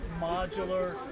modular